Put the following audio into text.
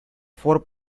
four